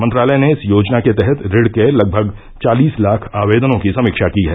मंत्रालय ने इस योजना के तहत ऋण के लगभग चालीस लाख आवेदनों की समीक्षा की है